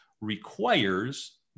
requires